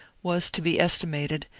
was to be estimated,